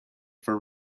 for